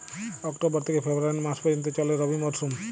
October থেকে February মাস পর্যন্ত চলে রবি মরসুম